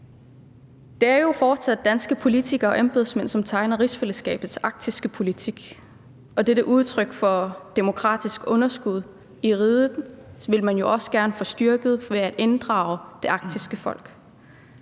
Det er jo fortsat danske politikere og embedsmænd, som tegner rigsfællesskabets arktiske politik, og dette udtryk for demokratisk underskud i riget vil man jo også afhjælpe ved at inddrage det arktiske folk.